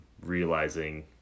realizing